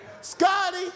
Scotty